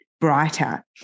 brighter